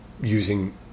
using